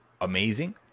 amazing